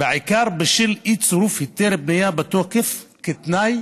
בעיקר בשל אי-צירוף היתר בנייה בתוקף כתנאי